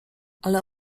ale